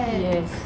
yes